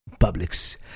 Publix